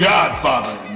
Godfather